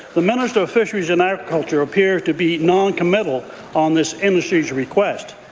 the ministry of fisheries and agriculture appear to be noncommission on this industry's request.